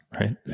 Right